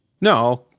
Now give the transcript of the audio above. No